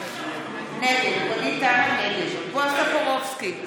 נגד בועז טופורובסקי,